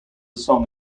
song